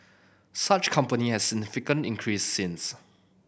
such company has significantly increase since